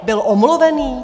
Byl omluvený?